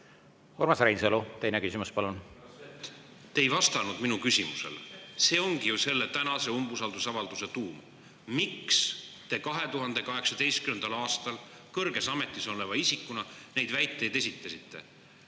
Urmas Reinsalu, teine küsimus, palun! Te ei vastanud minu küsimusele. See ongi ju selle tänase umbusaldusavalduse tuum. Miks te 2018. aastal kõrges ametis oleva isikuna neid väiteid esitasite?